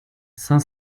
cinq